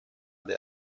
del